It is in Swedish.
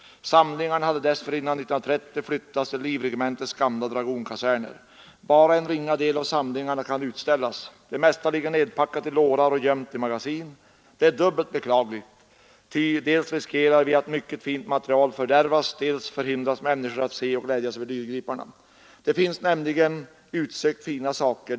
Samlingarna hade dessförinnan — år 1930 — flyttats till Livregementets gamla dragonkaserner. Bara en ringa del av samlingarna kan utställas. Det mesta ligger nedpackat i lårar och göms i magasin. Det är dubbelt beklagligt, ty dels riskerar vi att mycket fint material fördärvas, dels förhindras människor att se och glädjas över dyrgriparna. Där finns nämligen utsökt fina saker.